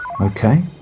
Okay